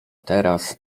teraz